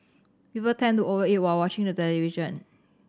people tend to over eat while watching the television